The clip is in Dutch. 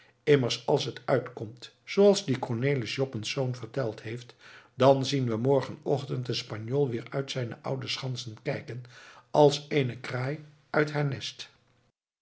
immers als het uitkomt zooals die cornelis joppensz verteld heeft dan zien we morgen ochtend den spanjool weer uit zijne oude schansen kijken als eene kraai uit haar nest